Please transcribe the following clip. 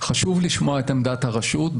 חשוב לשמוע את עמדת הרשות,